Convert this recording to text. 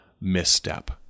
misstep